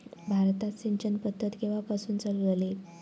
भारतात सिंचन पद्धत केवापासून चालू झाली?